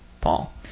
Paul